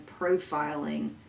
profiling